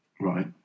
Right